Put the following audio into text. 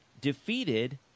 defeated